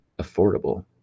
affordable